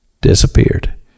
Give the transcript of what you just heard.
disappeared